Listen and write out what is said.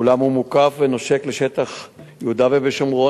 אולם הוא מוקף ונושק לשטח יהודה ושומרון,